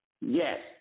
Yes